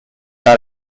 are